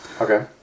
Okay